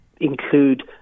include